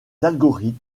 algorithmes